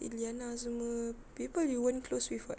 eliana semua people you weren't close with [what]